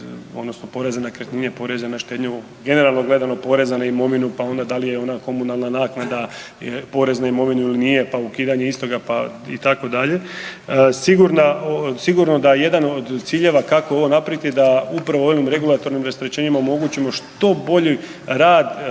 odnosno poreza na nekretnine, poreza na štednju, generalno gledano poreza na imovinu, pa onda da li je ona komunalna naknada porez na imovinu ili nije pa ukidanje istoga itd. sigurno da jedan od ciljeva kako ovo napraviti je da upravo ovim regulatornim rasterećenjima omogućimo što bolji rad,